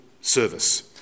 service